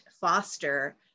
foster